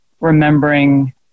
remembering